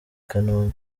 kanombe